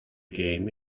game